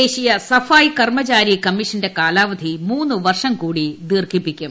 ദേശീയ സഫായി കർമ്മചാരി കമ്മീഷന്റെ കാലാവധി മൂന്ന് വർഷം കൂടി ദീർഘിപ്പിക്കും